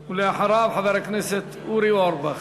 אחריו, חבר הכנסת אורי אורבך.